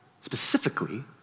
specifically